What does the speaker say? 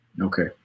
Okay